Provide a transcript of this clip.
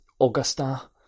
Augusta